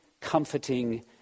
comforting